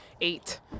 eight